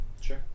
sure